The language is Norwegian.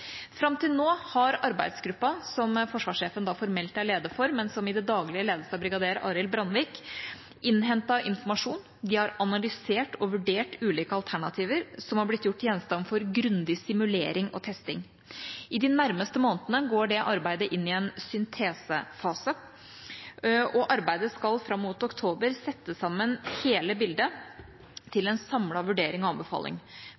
Fram til nå har arbeidsgruppa, som forsvarssjefen formelt er leder for, men som i det daglige ledes av brigader Aril Brandvik, innhentet informasjon, de har analysert og vurdert ulike alternativer, som har blitt gjort til gjenstand for grundig simulering og testing. I de nærmeste månedene går det arbeidet inn i en syntesefase, og arbeidet skal fram mot oktober sette sammen hele bildet til en samlet vurdering og anbefaling.